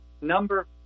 number